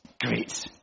great